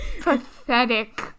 Pathetic